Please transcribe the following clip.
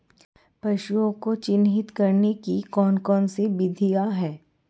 पशुओं को चिन्हित करने की कौन कौन सी विधियां हैं?